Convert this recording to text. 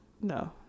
No